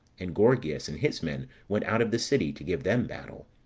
and gorgias and his men went out of the city, to give them battle.